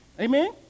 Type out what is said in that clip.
Amen